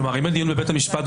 אם מגיעים לבית המשפט,